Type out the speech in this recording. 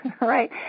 right